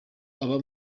aba